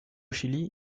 chili